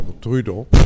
Trudeau